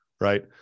Right